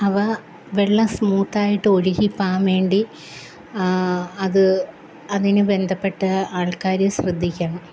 അവ വെള്ളം സ്മൂത്ത് ആയിട്ട് ഒഴുകി പോവാൻ വേണ്ടി അത് അതിന് ബന്ധപ്പെട്ട ആള്ക്കാർ ശ്രദ്ധിക്കണം